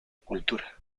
cultura